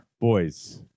boys